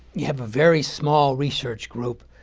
you have a very small research group.